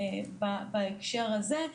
בהקשר הזה.